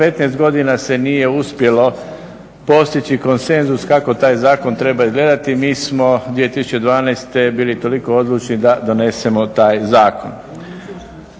15 godina se nije uspjelo postići konsenzus kako taj zakon treba izgledati mi smo 2012.bili toliko odlučni da donesemo taj zakon.